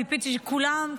ציפיתי שכולם,